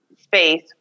space